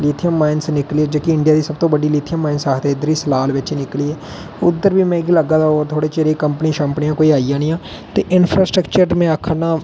lithium mines जेहकी India दी सब तूं बडी लिथियम माइनस आखदे इद्धर सलाल बिच गै निकली ऐ उद्धर बी मिकी लगा दा थोह्ड़े चिरे गी कम्पनी शम्पनी कोई आइ जानियां ते इंनफ्रास्ट्रकचर में आखना